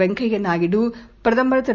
வெங்கய்யநாயுடு பிரதமர்திரு